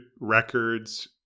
records